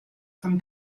from